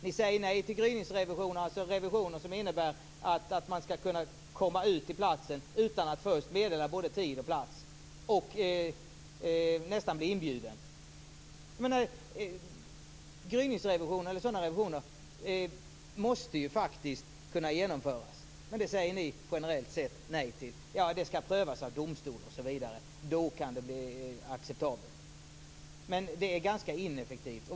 Ni säger nej till gryningsrevisioner, som innebär att man skall kunna komma ut till företaget utan att först meddela både tid och plats och utan att bli inbjuden. Gryningsrevisioner måste faktiskt kunna genomföras, men det säger ni generellt nej till. Det skall prövas av domstol, osv. Då kan det accepteras. Det är ganska ineffektivt.